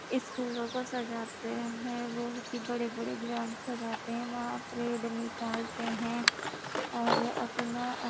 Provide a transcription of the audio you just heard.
اسکولوں کو سجاتے ہیں وہ کہ بڑے بڑے گراؤنڈ سجاتے ہیں وہاں پریڈ نکالتے ہیں اور اپنا